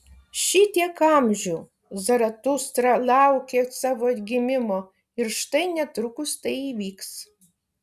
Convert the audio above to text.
šitiek amžių zaratustra laukė savo atgimimo ir štai netrukus tai įvyks